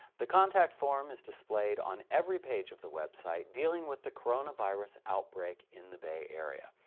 the contact form is displayed on every page of the website dealing with the coronavirus outbreak in the bay area.